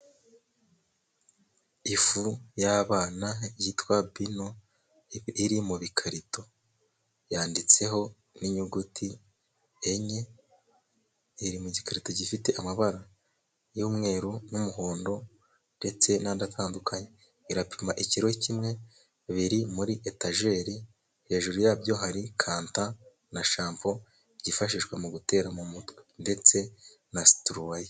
Ifu y'abana yitwa Bino iri mu bikarito yanditseho n'inyuguti enye, iri mu gikarito gifite amabara y'umweru n'umuhondo ndetse n'andi atandukanye. Irapima ikiro kimwe biri muri etajeri ,hejuru yabyo hari kanta na shampo byifashishwa mu gutera mu mutwe ndetse na situruwaya.